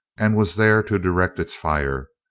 and was there to direct its fire.